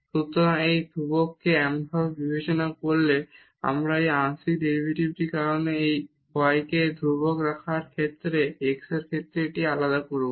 সুতরাং এই y ধ্রুবককে এমনভাবে বিবেচনা করলে আমরা এই আংশিক ডেরিভেটিভের কারণে এই y কে ধ্রুবক রাখার ক্ষেত্রে x এর ক্ষেত্রে এটি আলাদা করব